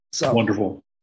Wonderful